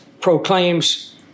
proclaims